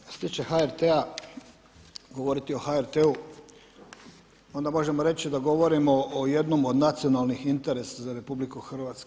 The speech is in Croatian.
Što se tiče HRT-u govoriti o HRT-u onda možemo reći da govorimo o jednom od nacionalnih interesa za RH.